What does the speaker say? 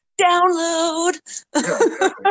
download